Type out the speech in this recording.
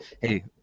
Hey